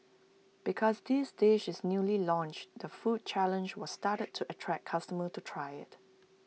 because this dish is newly launched the food challenge was started to attract customers to try IT